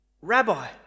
Rabbi